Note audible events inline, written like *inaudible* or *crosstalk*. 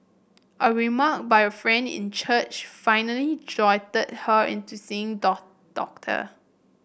a remark by a friend in church finally jolted her into seeing *unintelligible* doctor